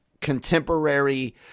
contemporary